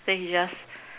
then he just